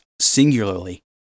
singularly